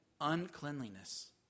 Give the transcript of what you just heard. uncleanliness